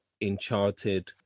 Enchanted